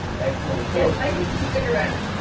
excellent. so. like stick around.